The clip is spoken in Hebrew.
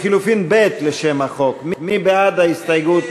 לחלופין (ב) לשם החוק, מי בעד ההסתייגות?